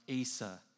Asa